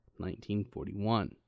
1941